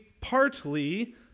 partly